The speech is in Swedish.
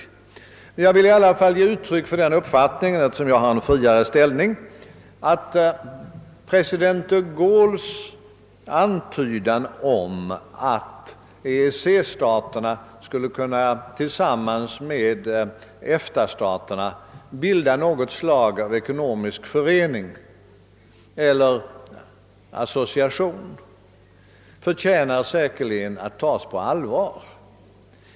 Eftersom jag har en friare ställning, vill jag ge uttryck för den uppfattningen att president de Gaulles antydan om att EEC-staterna tillsammans med EFTA staterna skulle kunna bilda något slag av ekonomisk förening eller association troligen förtjänar att tas på allvar.